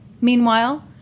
Meanwhile